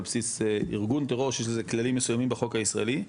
בסיס ארגון טרור שיש לזה כללים מסוימים בחוק הישראלי,